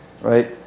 right